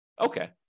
Okay